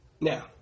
Now